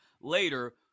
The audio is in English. later